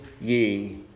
ye